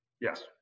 Yes